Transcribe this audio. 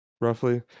roughly